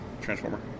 Transformer